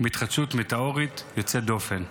בהתחדשות מטאורית יוצאת דופן.